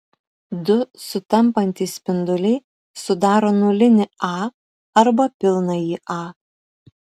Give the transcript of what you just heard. du sutampantys spinduliai sudaro nulinį a arba pilnąjį a